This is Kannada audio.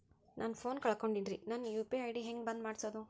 ನನ್ನ ಫೋನ್ ಕಳಕೊಂಡೆನ್ರೇ ನನ್ ಯು.ಪಿ.ಐ ಐ.ಡಿ ಹೆಂಗ್ ಬಂದ್ ಮಾಡ್ಸೋದು?